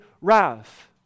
wrath